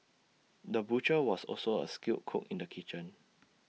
the butcher was also A skilled cook in the kitchen